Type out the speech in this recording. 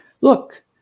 look